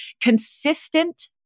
consistent